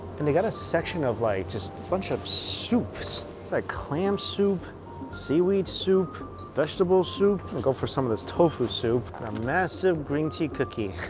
and they got a section of like just a bunch of soups. it's like clam soup seaweed soup vegetable soup and go for some of this tofu soup. the massive green tea cookie